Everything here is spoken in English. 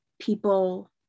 people